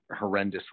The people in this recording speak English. horrendously